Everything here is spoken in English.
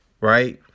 right